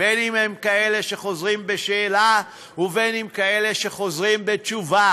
בין שהם כאלה שחוזרים בשאלה ובין שכאלה שחוזרים בתשובה.